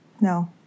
no